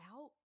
out